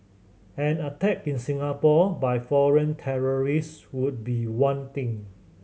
an attack in Singapore by foreign terrorists would be one thing